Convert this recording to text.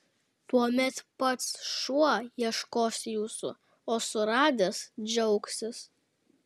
tuomet pats šuo ieškos jūsų o suradęs džiaugsis